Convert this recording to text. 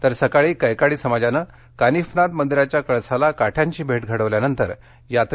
तर सकाळी कैकाडी समाजानं कानिफनाथ मंदिराच्या कळसाला काठ्यांची भेट घडवल्यानंतर यात्रेला प्रारंभ झाला